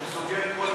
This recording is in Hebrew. הוא סוגר את כל,